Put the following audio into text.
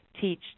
teach